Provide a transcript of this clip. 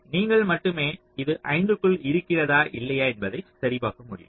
நீங்கள் மட்டுமே இது 5 க்குள் இருக்கிறதா இல்லையா என்பதை சரிபார்க்க முடியும்